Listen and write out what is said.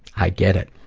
i get it.